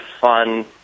fun